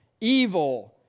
evil